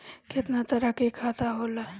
केतना तरह के खाता होला?